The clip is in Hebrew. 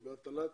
לגבי הטלת